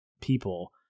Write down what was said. people